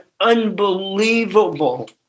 unbelievable